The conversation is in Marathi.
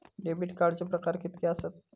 डेबिट कार्डचे प्रकार कीतके आसत?